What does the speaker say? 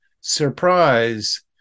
surprise